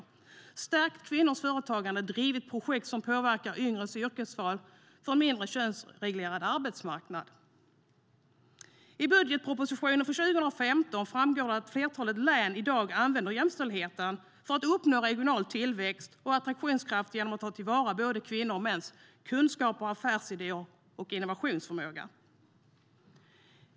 Man har stärkt kvinnors företagande och drivit projekt som påverkar yngres yrkesval för en mindre könsreglerad arbetsmarknad.I budgetpropositionen för 2015 framgår att flertalet län i dag använder jämställdheten för att uppnå regional tillväxt och attraktionskraft genom att ta till vara både kvinnors och mäns kunskap, affärsidéer och innovationsförmåga.